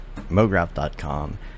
MoGraph.com